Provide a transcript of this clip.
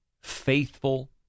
faithful